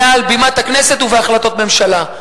מעל בימת הכנסת ובהחלטות ממשלה.